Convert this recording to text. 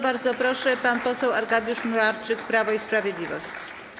Bardzo proszę, pan poseł Arkadiusz Mularczyk, Prawo i Sprawiedliwość.